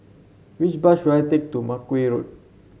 which bus should I take to Makeway Road